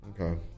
Okay